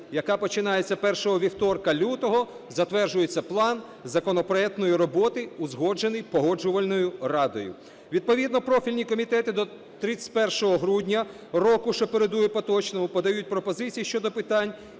яка починається першого вівторка лютого затверджується план законопроектної роботи, узгоджений Погоджувальною радою. Відповідно профільні комітети до 31 грудня року, що передує поточному, подають пропозиції щодо питань,